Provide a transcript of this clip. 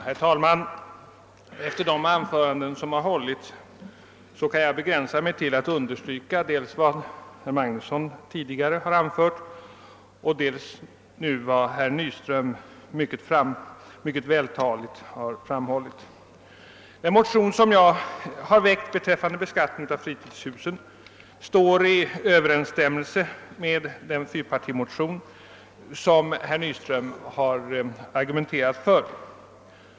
Herr talman! Efter de anföranden som hållits kan jag begränsa mig till att understryka dels vad herr Magnusson i Borås tidigare anfört och dels vad herr Nyström just nu mycket vältaligt har framhållit. Den motion jag väckt beträffande beskattningen av fritidshusen står i överensstämmelse med den fyrpartimotion som herr Nyström har argumenterat för.